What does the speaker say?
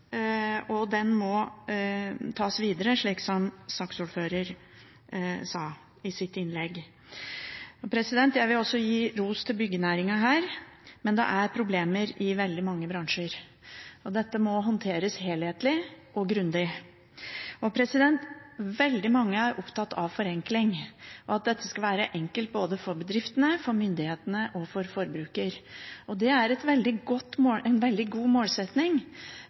og den må tas videre, slik som saksordføreren sa i sitt innlegg. Jeg vil også gi ros til byggenæringen her, men det er problemer i veldig mange bransjer. Dette må håndteres helhetlig og grundig. Veldig mange er opptatt av forenkling, og at dette skal være enkelt både for bedriftene, for myndighetene og for forbruker. Det er en veldig